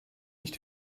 nicht